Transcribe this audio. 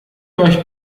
euch